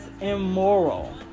immoral